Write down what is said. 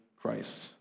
Christ